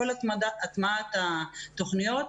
כל הטמעת התוכניות,